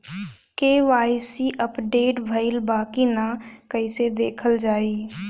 KYC update भइल बा कि ना कइसे देखल जाइ?